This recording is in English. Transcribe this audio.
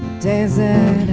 desert